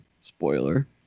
Spoiler